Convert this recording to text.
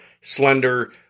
slender